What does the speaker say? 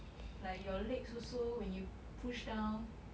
like your legs also when you push down